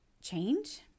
change